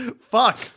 Fuck